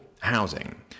housing